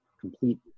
complete